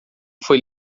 foi